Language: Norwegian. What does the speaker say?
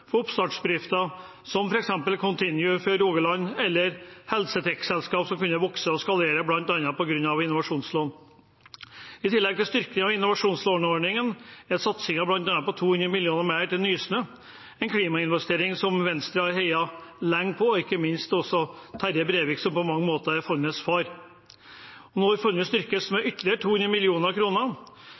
for oppstartsbedrifter, som f.eks. ContinYou fra Rogaland, et helsetechselskap som har kunnet vokse og eskalere, bl.a. på grunn av innovasjonslån. I tillegg til styrking av innovasjonslåneordningen er bl.a. satsingen på 200 mill. kr mer til Nysnø Klimainvesteringer noe som Venstre har heiet lenge på, ikke minst Terje Breivik, som på mange måter er fondets far. Nå vil fondet styrkes med ytterligere 200